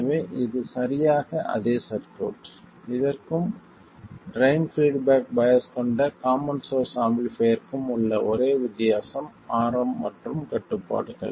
எனவே இது சரியாக அதே சர்க்யூட் இதற்கும் ட்ரைன் பீட்பேக் பையாஸ் கொண்ட காமன் சோர்ஸ் ஆம்பிளிஃபைர்க்கும் உள்ள ஒரே வித்தியாசம் Rm மற்றும் கட்டுப்பாடுகள்